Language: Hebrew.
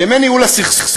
בימי ניהול הסכסוך,